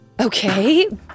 Okay